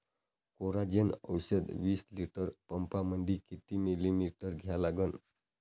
Coragen औषध विस litre पंपामंदी किती मिलीमिटर घ्या लागन?